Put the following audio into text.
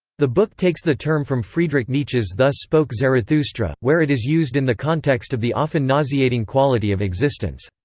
the book takes the term from friedrich nietzsche's thus spoke zarathustra, where it is used in the context of the often nauseating quality of existence.